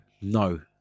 no